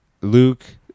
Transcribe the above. luke